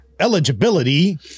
Eligibility